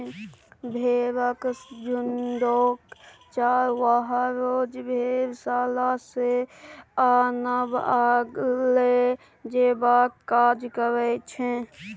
भेंड़क झुण्डकेँ चरवाहा रोज भेड़शाला सँ आनब आ लए जेबाक काज करैत छै